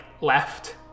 left